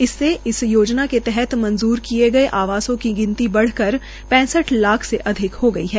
इससे इस योजना के तहत मंजूर किए गए आवासों की गिनती बढ़ाकर पैंसठ लाख से अधिक हो गई है